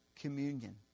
communion